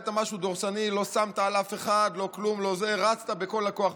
לא שמת על אף אחד, לא כלום, רצת בכל הכוח.